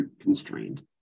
constrained